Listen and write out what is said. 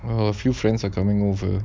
a few friends are coming over